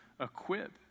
equip